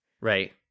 Right